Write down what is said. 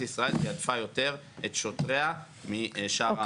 ישראל תעדפה יותר את שוטריה משאר המשק.